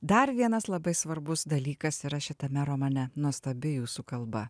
dar vienas labai svarbus dalykas yra šitame romane nuostabi jūsų kalba